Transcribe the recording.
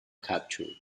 captured